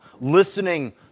listening